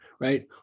right